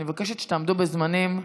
אני מבקשת שתעמדו בזמנים.